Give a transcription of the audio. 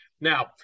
now